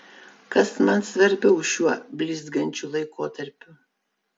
kas man svarbiau šiuo blizgančiu laikotarpiu